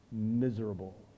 miserable